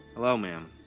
hello ma'am,